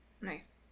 nice